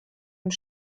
und